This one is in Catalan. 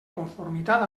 conformitat